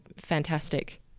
fantastic